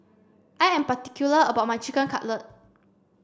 I am particular about my Chicken Cutlet